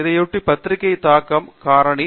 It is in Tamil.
இதையொட்டி பத்திரிகை தாக்கம் காரணி